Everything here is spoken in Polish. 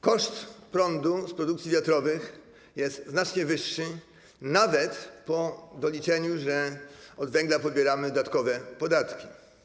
Koszt prądu z elektrowni wiatrowych jest znacznie wyższy, nawet po doliczeniu, że od węgla pobieramy dodatkowe podatki.